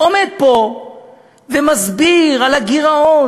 עומד פה ומסביר על הגירעון,